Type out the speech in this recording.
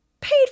paid